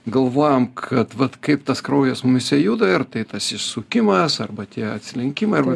galvojam kad vat kaip tas kraujas mumyse juda ir tai tas įsukimas arba tie atsilenkimai arba